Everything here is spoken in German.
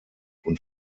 und